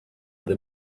the